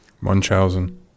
Munchausen